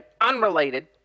unrelated